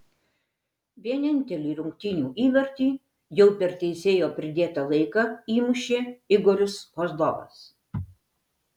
vienintelį rungtynių įvartį jau per teisėjo pridėtą laiką įmušė igoris kozlovas